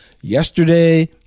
yesterday